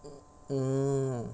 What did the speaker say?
mm mm